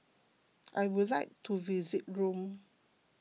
I would like to visit Rome